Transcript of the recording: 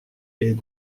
est